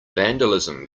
vandalism